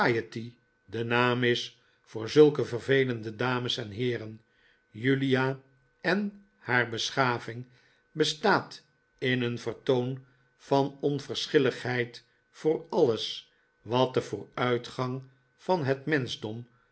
de naam is voor zulke vervelende dames en heeren julia en haar beschaving bestaat in een vertoon van onverschilligheid voor alles wat den vooruitgang van het menschdom